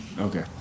Okay